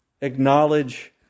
acknowledge